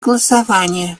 голосования